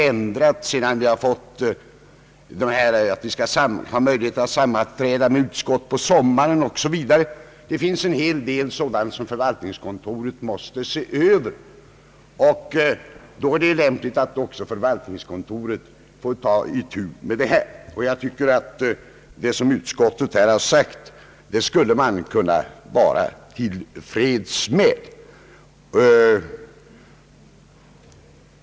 Vi har ju under senare år fått ändrade förhållanden, t.ex. möjligheten att utskotten börjar sammanträda under sommaren m.m. Det är en hel del sådana frågor som förvaltningskontoret måste se över, och då är det lämpligt att man också får ta itu med detta spörsmål. Vad utskottet här har anfört skulle man kunna vara till freds med.